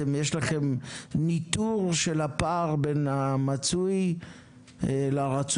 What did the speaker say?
יש לכם ניטור של הפער בין המצוי לרצוי?